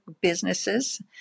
businesses